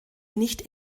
nicht